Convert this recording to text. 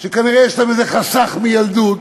שכנראה יש להם איזה חסך מילדות